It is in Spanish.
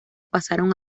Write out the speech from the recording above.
pasaron